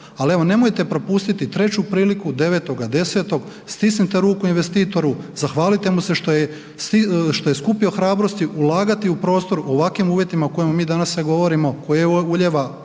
ali evo nemojte propustiti treću priliku 9.10., stisnite ruku investitoru, zahvalite mu se što je skupio hrabrosti ulagati u prostor u ovakvim uvjetima o kojima mi danas sad govorimo, koje ulijeva